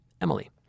Emily